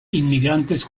inmigrantes